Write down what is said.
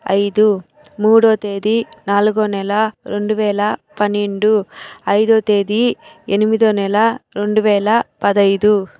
ఐదు మూడవ తేదీ నాలుగో నెల రెండువేల పన్నెండు ఐదవ తేదీ ఎనమిదివ నెల రెండువేల పదహైదు